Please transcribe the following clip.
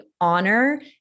honor